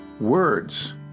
words